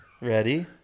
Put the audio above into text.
Ready